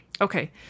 Okay